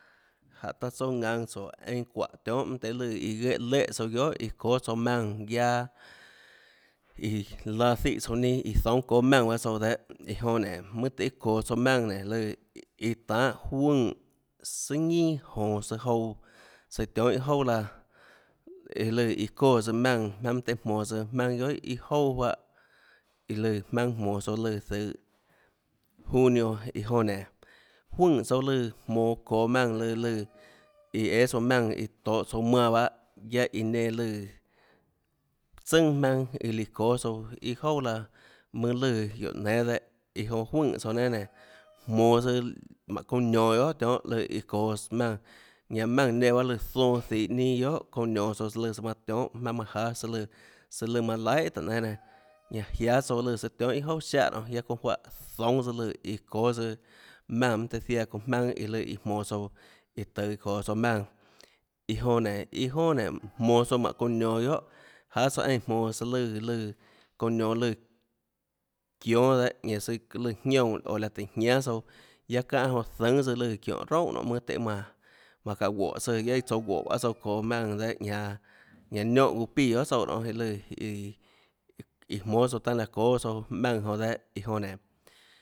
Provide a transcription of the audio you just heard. Jánhå taã tsouã jaønå tsóå einã çuáhå tionhâ mønâ tøhê léhã tsouã guiohà çóâ tsouã maùnã guiaâ iã laã zíhã tsouã ninâ guiohà iã zoúnâ ðóâ maùnã baâ tsouã dehâ iã jonã nénå mønâ tøhê çoå tsouã maùnã nénå iã tanhâ juøè sùà ñinà jonå søã jouã søã tionhâ iâ jouà laã iã lùã iã çóã tsøã maùnã maønâ mønâ tøhê jmonå tsøå jmaønâ guiohà iâ jouà juáhã iã lùã jmaønâ jmonå tsouã lùã zøhå junio iã jonã nénå juøè tsouã lùã jmonå çoå maùnã lùã lùã iã õâ tsouã maùnã iã tohå tsouã manã bahâ guiaâ iã nenã lùã tsønà jmaønâ iã lùã çóâ tsouã iâ jouà laã lùã guióå énâ dehâ iã jonã juøè tsouã nénâ nénå jmonå tsøã mánhå çounã nionå guiohà lùã tionhâ iã çoå tsøã maùnã ñanã maùnã nenã lùã zoã zihå ninâ guiohà çounã nionå tsouã søã lùã søã manã tionhâ jmaønâ manã jáâ søã lùã søã lùã manã lainhà tùhå nénâ nenã jiáâ søã lùnã søã tionhâ iâ jouà siáhã nonê guiaâ çounã juáhã zoúnâ tsøã lùã iã çóâ maùnã mønâ tøhê ziaã çounã jmaønâ iã lùã iã jmonå tsouã iã tøå çoå tsouã maùnã iã jonã nénå iâ jonà nénå jmonã tsouã çounã nionå guiohà jáâ søã eínã jmonå søã lùã lùã çounã nionå lùã çiónâ dehâ ñanã søã lùã jñioúnã oå láhå tùhå jñánâ tsouã guiaâ çánhã jonã zùnâ tsøã lùã çiónhå roúnhàmønâ tøhê manã manã çaã guóhå ñanâ tsoå guóh bahâ tsouã çoå maùnã dehâ ñanã niónhã guã píã guiohà tsouã nonê iã lùã iã lùã iã jmónâ tsouã tanâ laã çóâ tsouã maùnã jonã dehâ ã jonã nénå